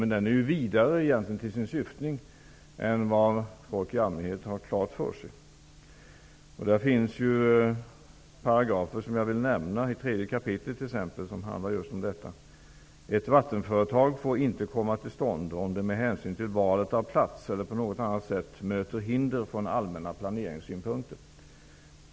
Men lagen är vidare till sin syftning än vad folk i allmänhet har klart för sig. Det finns paragrafer i t.ex. tredje kapitlet som handlar om dessa frågor. Enligt 1 § får ett vattenföretag inte komma till stånd, om det med hänsyn till valet av plats eller på något annat sätt möter hinder från allmänna planeringssynpunkter.